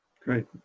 Great